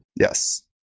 Yes